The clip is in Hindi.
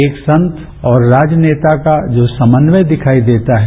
एक संघ और राजनेता का जो समन्वय दिखाई देता है